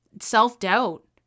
self-doubt